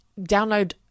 download